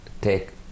take